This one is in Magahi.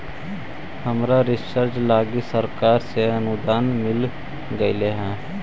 हमरा रिसर्च लागी सरकार से अनुदान मिल गेलई हे